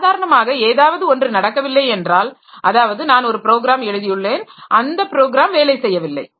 சாதாரணமாக ஏதாவது ஒன்று நடக்கவில்லை என்றால் அதாவது நான் ஒரு ப்ரோக்ராம் எழுதியுள்ளேன் அந்த ப்ரோக்ராம் வேலை செய்யவில்லை